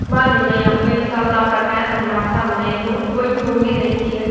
បើនិយាយអំពីសីល ១០ ប្រការសម្រាប់សាមណេរនោះវិញរួមមានដូចជា